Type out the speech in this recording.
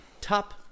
top